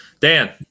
Dan